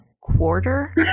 quarter